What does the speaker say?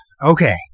Okay